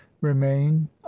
remain